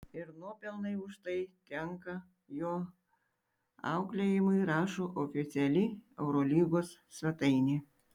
ir nuopelnai už tai tenka jo auklėjimui rašo oficiali eurolygos svetainė